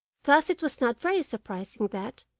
thus it was not very surprising that,